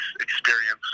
experience